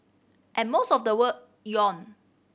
and most of the world yawn